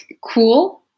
cool